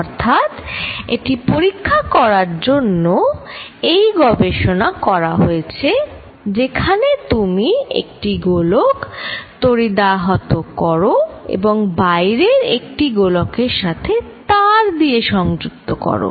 অর্থাৎ এটি পরীক্ষা করার জন্য যেই গবেষণা করা হয়েছে সেখানে তুমি ঠিক একটি গোলক তড়িদাহত করো এবং বাইরের একটি গোলক এর সাথে তার দিয়ে সংযুক্ত করো